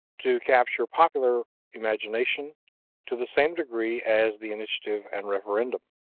to capture popular imagination to the same degree as the initiative and referendum.